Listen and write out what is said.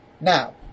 Now